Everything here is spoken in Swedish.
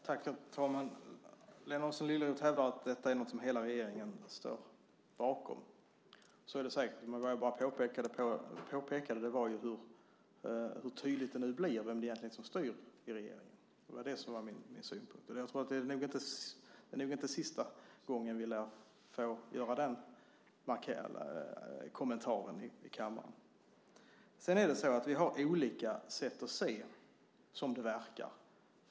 Herr talman! Lena Adelsohn Liljeroth hävdar att detta är något som hela regeringen står bakom. Så är det säkert. Vad jag pekade på var hur tydligt det nu blir vem det egentligen är som styr i regeringen. Det var det som var min synpunkt. Det lär inte vara sista gången vi får göra den kommentaren här i kammaren. Vi har, verkar det som, olika sätt att se på public service.